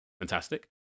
Fantastic